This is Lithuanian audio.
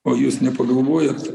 o jūs nepagalvojot